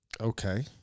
okay